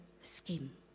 scheme